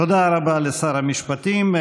תודה רבה לשר המשפטים.